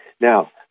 Now